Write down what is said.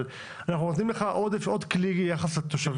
אנחנו נותנים לך עוד כלי ביחס לתושבים.